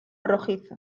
rojizo